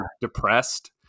depressed